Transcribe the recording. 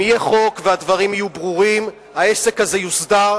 אם יהיה חוק והדברים יהיו ברורים, העסק הזה יוסדר.